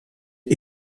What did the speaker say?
est